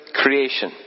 creation